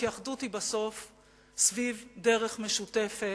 כי אחדות היא בסוף סביב דרך משותפת,